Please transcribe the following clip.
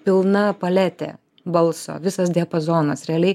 pilna paletė balso visas diapazonas realiai